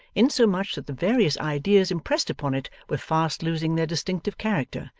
insomuch that the various ideas impressed upon it were fast losing their distinctive character,